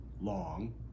long